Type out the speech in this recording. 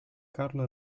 carlo